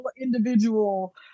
individual